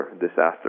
disaster